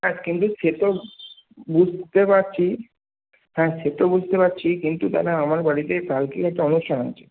হ্যাঁ কিন্তু সে তো বুঝতে পারছি হ্যাঁ সে তো বুঝতে পারছি কিন্তু দাদা আমার বাড়িতে কালকেই একটা অনুষ্ঠান আছে